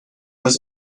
was